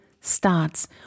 starts